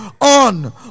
on